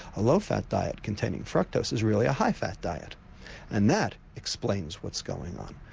a low fat diet containing fructose is really a high fat diet and that explains what's going on.